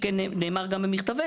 ניקח לדוגמה את פסילת השר אריה